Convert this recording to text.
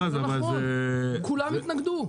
בועז, אבל זה לא נכון, כולם התנגדו.